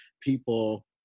people